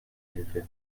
hilfe